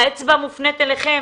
והאצבע מופנית אליכם,